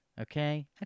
Okay